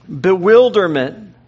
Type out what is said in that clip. bewilderment